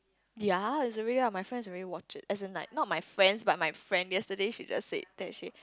ye it's really lah my friend already watch it as in like not my fan but my friend yesterday she just say that she